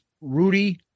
Rudy